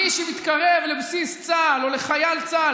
מי שמתקרב לבסיס צה"ל או לחייל צה"ל